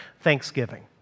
thanksgiving